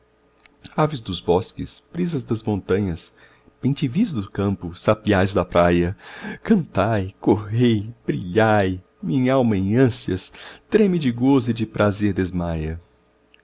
aves dos bosques brisas das montanhas bem te vis do campo sabiás da praia cantai correi brilhai minhalma em ânsias treme de gozo e de prazer desmaia